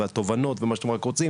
מה אנחנו כמדינה עושים